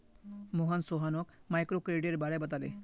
मोहन सोहानोक माइक्रोक्रेडिटेर बारे बताले